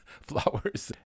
flowers